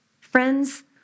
Friends